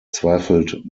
zweifelt